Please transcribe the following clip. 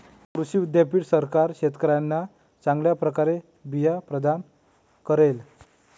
कृषी विद्यापीठ सरकार शेतकऱ्यांना चांगल्या प्रकारचे बिया प्रदान करेल